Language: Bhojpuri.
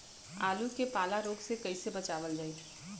आलू के पाला रोग से कईसे बचावल जाई?